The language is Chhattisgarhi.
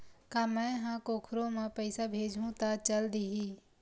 का मै ह कोखरो म पईसा भेजहु त चल देही?